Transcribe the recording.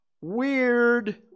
Weird